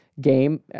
game